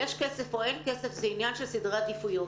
יש כסף או אין כסף זה עניין של סדרי עדיפויות.